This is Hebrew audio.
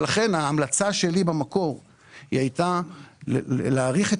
לכן ההמלצה שלי במקור הייתה להאריך את